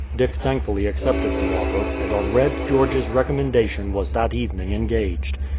dick thankfully accepted the offer, and on red george's recommendation was that evening engaged.